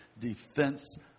defense